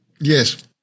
Yes